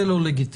זה לא לגיטימי.